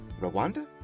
Rwanda